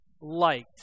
liked